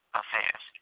affairs